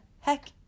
heck